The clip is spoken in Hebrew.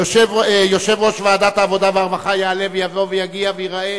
יושב-ראש ועדת העבודה והרווחה יעלה ויבוא ויגיע וייראה